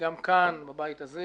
גם כאן בבית הזה